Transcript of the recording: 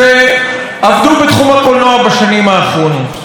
שעבדו בתחום הקולנוע בשנים האחרונות.